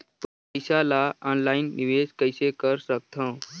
पईसा ल ऑनलाइन निवेश कइसे कर सकथव?